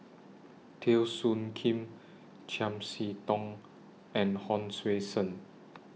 Teo Soon Kim Chiam See Tong and Hon Sui Sen